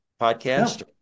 podcast